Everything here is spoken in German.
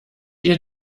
ihr